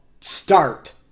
start